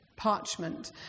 Parchment